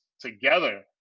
together